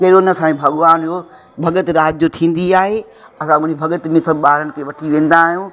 कहिड़ो न साईं भॻवान हुओ भॻत राति जो थींदी आहे असां हुन भॻत में सभु ॿारनि खे वठी वेंदा आहियूं